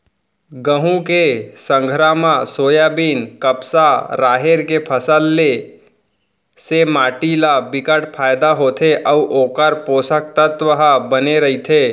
गहूँ के संघरा म सोयाबीन, कपसा, राहेर के फसल ले से माटी ल बिकट फायदा होथे अउ ओखर पोसक तत्व ह बने रहिथे